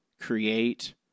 create